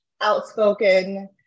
outspoken